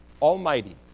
Almighty